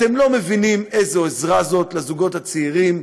אתם לא מבינים איזו עזרה זאת לזוגות הצעירים.